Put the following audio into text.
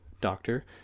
doctor